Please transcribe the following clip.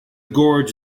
gorge